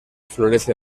florece